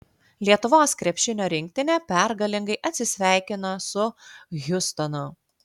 lietuvos krepšinio rinktinė pergalingai atsisveikino su hjustonu